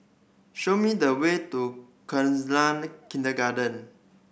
show me the way to Khalsa Kindergarten